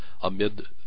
Amid